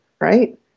right